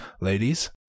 ladies